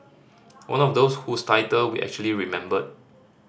one of those whose title we actually remembered